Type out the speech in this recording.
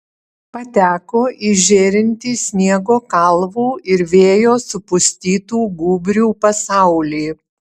pateko į žėrintį sniego kalvų ir vėjo supustytų gūbrių pasaulį